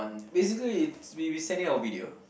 basically we we send it our video